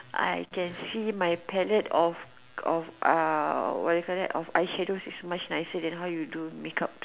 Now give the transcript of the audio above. I can see my palette of of uh what you call that of eyeshadow is much nicer than how you do makeup